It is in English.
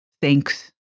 thanks